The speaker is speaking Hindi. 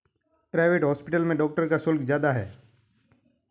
प्राइवेट हॉस्पिटल में डॉक्टर का शुल्क ज्यादा है